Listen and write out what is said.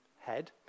head